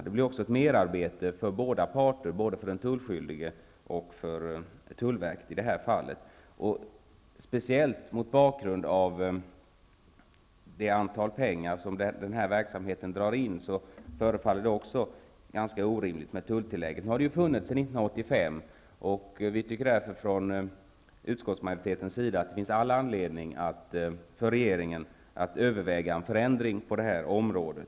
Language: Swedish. Det blir också i detta fall ett merarbete både för den tullskyldige och för tullverket. Speciellt med tanke på de pengar som den här verksamheten drar in förefaller tulltillägget ganska orimligt. Det har funnits sedan 1985, och utskottsmajoriteten tycker därför att det finns all anledning för regeringen att överväga en förändring på detta område.